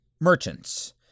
merchants